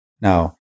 Now